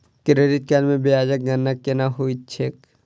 credit card मे ब्याजक गणना केना होइत छैक